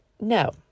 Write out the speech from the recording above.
No